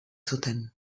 zuten